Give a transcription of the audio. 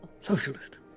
Socialist